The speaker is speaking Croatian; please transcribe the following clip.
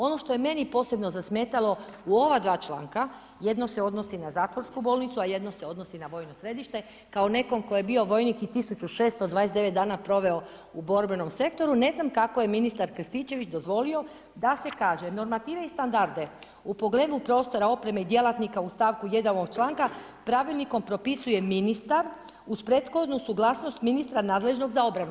Ono što je meni posebno zasmetalo u ova dva članka, jedno se odnosi na zatvorsku bolnicu, a jedno se odnosi na vojno središte kao nekom tko je bio vojnik i 1629 proveo u borbenom sektoru, ne znam kako je ministar Krstičević dozvolio da se kaže: normative i standarde u pogledu prostora opreme i djelatnika u stavku 1 ovog članka pravilnikom propisuje ministar uz prethodnu suglasnost ministra nadležnog za obranu.